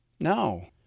No